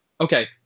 Okay